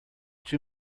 too